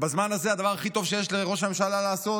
בזמן הזה הדבר הכי טוב שיש לראש הממשלה לעשות